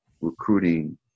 recruiting